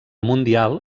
mundial